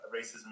racism